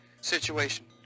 Situation